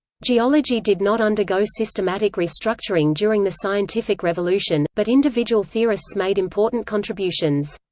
geology did not undergo systematic restructuring during the scientific revolution, but individual theorists made important contributions.